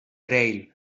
braille